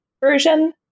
version